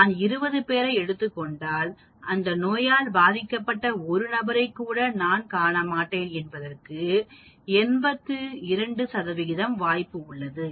நான் 20 பேரை எடுத்துக் கொண்டால் அந்த நோயால் பாதிக்கப்பட்ட 1 நபரைக் கூட நான் காணமாட்டேன் என்பதற்கு 82 வாய்ப்பு உள்ளது